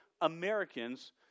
Americans